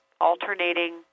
alternating